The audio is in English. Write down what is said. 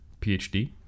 PhD